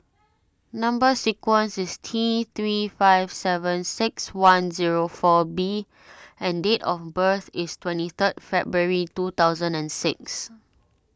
Number Sequence is T three five seven six one zero four B and date of birth is twenty third February two thousand and six